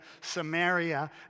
Samaria